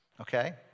Okay